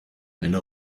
eine